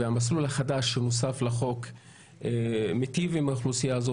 המסלול החדש שנוסף לחוק מיטיב עם האוכלוסייה החרדית,